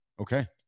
Okay